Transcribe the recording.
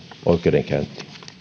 oikeudenkäyntiin